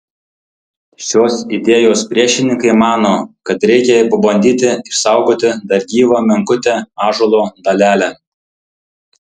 šios idėjos priešininkai mano kad reikia pabandyti išsaugoti dar gyvą menkutę ąžuolo dalelę